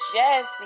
yes